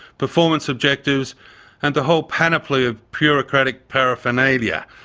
performance objectives and the whole panoply of bureaucratic paraphernalia,